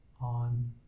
on